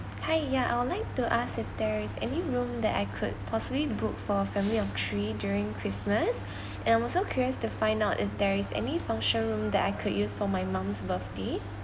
hi ya I would like to ask if there is any room that I could possibly book for a family of three during christmas and I'm also curious to find out if there is any function room that I could use for my mum's birthday